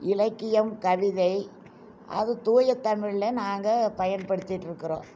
இலக்கியம் கவிதை அது தூய தமிழில் நாங்கள் பயன்படுத்திகிட்டு இருக்கிறோம்